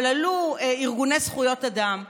אבל עלו ארגוני זכויות אדם ואמרו: